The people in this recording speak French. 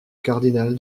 cardinal